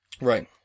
Right